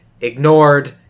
Ignored